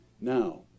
Now